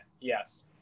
Yes